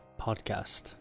podcast